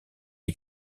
est